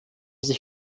sich